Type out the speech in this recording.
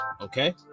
Okay